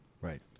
right